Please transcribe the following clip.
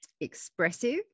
expressive